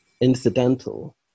incidental